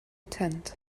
tent